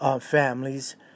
families